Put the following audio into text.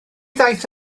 ddaeth